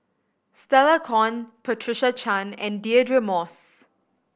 Stella Kon Patricia Chan and Deirdre Moss